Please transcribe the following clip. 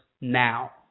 now